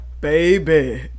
Baby